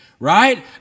Right